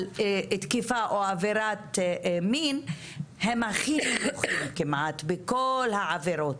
תקיפה או עבירת מין הם הכי נמוכים כמעט בכל העבירות.